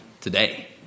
today